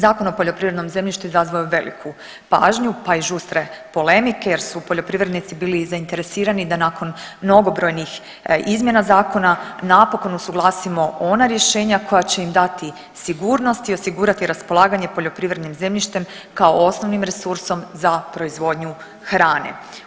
Zakon o poljoprivrednom zemljištu izazvao je veliku pažnju, pa i žustre polemike jer su poljoprivrednici bili zainteresirani da nakon mnogobrojnih izmjena zakona napokon usuglasimo ona rješenja koja će im dati sigurnost i osigurati raspolaganje poljoprivrednim zemljištem kao osnovnim resursom za proizvodnju hrane.